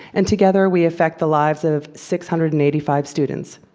and together we affect the lives of six hundred and eighty five students.